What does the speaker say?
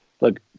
look